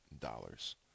dollars